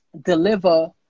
deliver